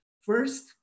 First